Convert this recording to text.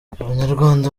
abanyarwanda